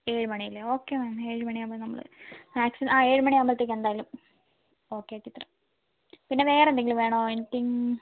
ഏഴ് മണിയല്ലേ okay ma'am ഏഴ് മണി ആകുമ്പം നമ്മൾ മാക്സിമം ആ ഏഴ് മണി ആകുമ്പോഴത്തേക്കും എന്തായാലും ഓക്കേ ആക്കിത്തരാം പിന്നെ വേറേ എന്തെങ്കിലും വേണോ എനിതിങ്ങ്